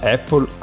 Apple